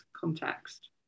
context